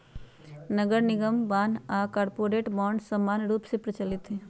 नगरनिगम बान्ह आऽ कॉरपोरेट बॉन्ड समान्य रूप से प्रचलित हइ